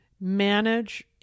manage